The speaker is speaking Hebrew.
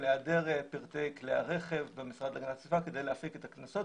של היעדר פרטי כלי הרכב במשרד להגנת הסביבה כדי להפיק את הקנסות.